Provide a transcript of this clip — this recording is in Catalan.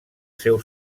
seu